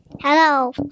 Hello